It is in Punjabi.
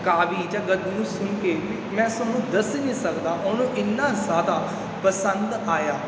ਕਾਵਿ ਜਾਂ ਗਦ ਨੂੰ ਸੁਣ ਕੇ ਮੈਂ ਤੁਹਾਨੂੰ ਦੱਸ ਨਹੀਂ ਸਕਦਾ ਉਹਨੂੰ ਇੰਨਾ ਜ਼ਿਆਦਾ ਪਸੰਦ ਆਇਆ